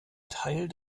teil